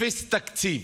אפס תקציב.